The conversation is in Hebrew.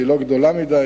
שהוא לא גדול מדי,